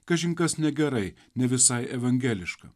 kažin kas negerai ne visai evangeliška